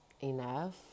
enough